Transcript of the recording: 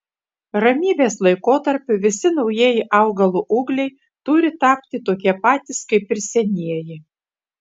ramybės laikotarpiu visi naujieji augalo ūgliai turi tapti tokie patys kaip senieji